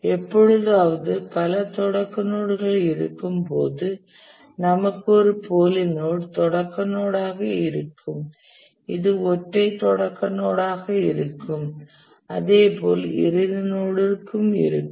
எப்பொழுதாவது பல தொடக்க நோட்கள் இருக்கும்போது நமக்கு ஒரு போலி நோட் தொடக்க நோடாக இருக்கும் இது ஒற்றை தொடக்க நோடாக இருக்கும் அதேபோல் இறுதி நோடிற்கும் இருக்கும்